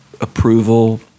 approval